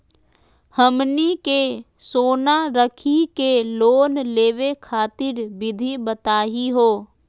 हमनी के सोना रखी के लोन लेवे खातीर विधि बताही हो?